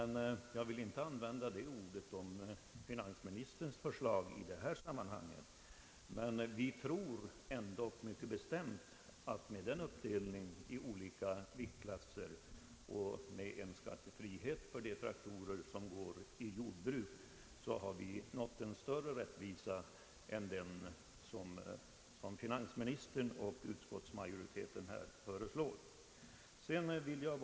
Nu vill jag inte använda denna karaktäristik beträffande finansministerns förslag i detta sammanhang. Men vi tror ändå mycket bestämt, att man når en större rättvisa med vår uppdelning av traktorerna i olika viktklasser och med skattefrihet för de traktorer som används i jordbruket än man gör med finansministerns och utskottsmajoritetens förslag.